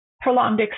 prolonged